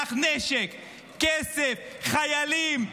שלח נשק, כסף, חיילים,